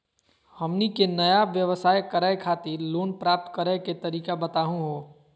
हमनी के नया व्यवसाय करै खातिर लोन प्राप्त करै के तरीका बताहु हो?